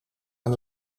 aan